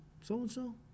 so-and-so